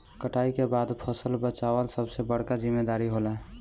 कटाई के बाद फसल बचावल सबसे बड़का जिम्मेदारी होला